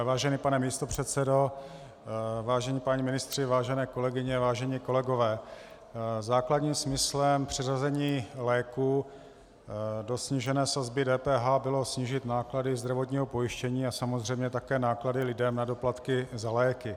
Vážený pane místopředsedo, vážení páni ministři, vážené kolegyně, vážení kolegové, základním smyslem přeřazení léků do snížené sazby DPH bylo snížit náklady zdravotního pojištění a samozřejmě také náklady lidem na doplatky na léky.